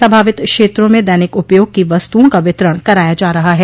प्रभावित क्षेत्रों में दैनिक उपयोग की वस्त्रओं का वितरण कराया जा रहा है